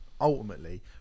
ultimately